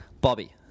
Bobby